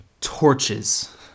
Torches